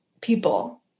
people